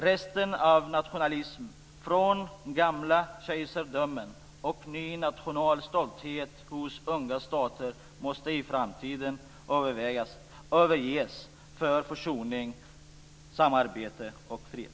Rester av nationalism från gamla kejsardömen och ny nationalstolthet hos unga stater måste i framtiden överges för försoning, samarbete och fred.